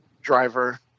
driver